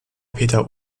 peter